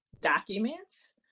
documents